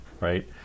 right